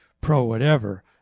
pro-whatever